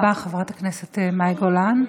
תודה רבה, חברת הכנסת מאי גולן.